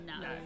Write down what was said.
no